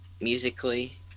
musically